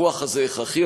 הפיקוח הזה הכרחי,